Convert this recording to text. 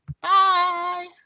Bye